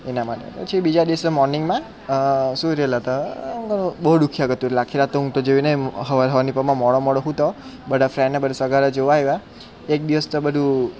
એના માટે પછી બીજા દિવસે મોર્નિંગમાં સૂઈ રહેલો હતો બહુ દુખ્યા કરતું એટલે આખી રાત તો હું તો જોઈને સવાર સવારની પોરમાં મોળો મોળો હતો બધાં ફ્રેન્ડને બધાં સગા જોવાં આવ્યાં એક દિવસ તો બધું